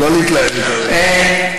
לא להתלהב יותר מדי.